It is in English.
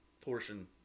portion